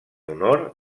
honor